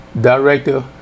director